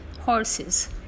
horses